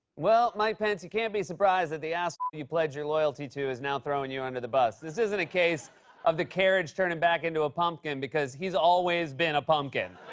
well, mike pence, you can't be surprised that the ass you pledged your loyalty to is now throwing you under the bus. this isn't a case of the carriage turning back into a pumpkin, because he's always been a pumpkin.